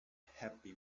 happy